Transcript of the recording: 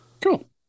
cool